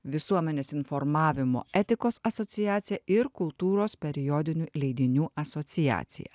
visuomenės informavimo etikos asociacija ir kultūros periodinių leidinių asociacija